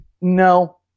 No